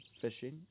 fishing